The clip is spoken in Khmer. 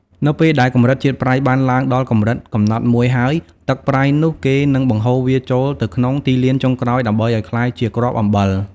នៅពេលដែលកម្រិតជាតិប្រៃបានឡើងដល់កម្រិតកំណត់មួយហើយ ទឹកប្រៃនោះគេនឹងបង្ហូរវាចូលទៅក្នុងទីលានចុងក្រោយដើម្បីឲ្យក្លាយជាគ្រាប់អំបិល។